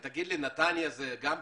תגיד לי, נתניה היא גם פריפריה?